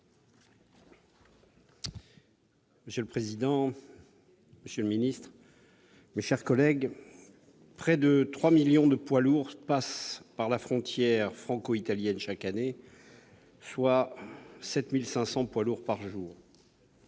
Monsieur le président, monsieur le secrétaire d'État, mes chers collègues, près de trois millions de poids lourds passent par la frontière franco-italienne chaque année, soit 7 500 poids lourds par jour.